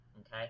okay